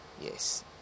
Yes